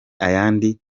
ayandi